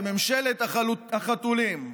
זה "ממשלת החתולים".